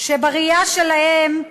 בראייה שלהם,